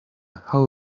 how